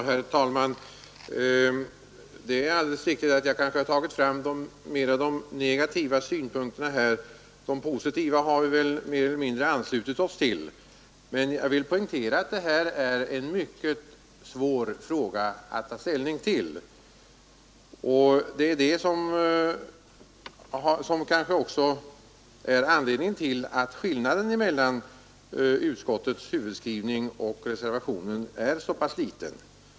Herr talman! Det är alldeles riktigt att jag tagit fram de negativa synpunkterna. De positiva har vi mer eller mindre anslutit oss till. Men jag vill poängtera att detta är en mycket svår fråga att ta ställning till. Det är det som är anledningen till att skillnaden mellan utskottets huvudskrivning och reservationen är så liten.